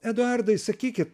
eduardai sakykit